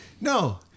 no